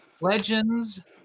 Legends